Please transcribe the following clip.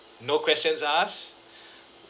no questions asked